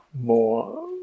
more